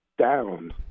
down